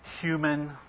human